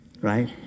right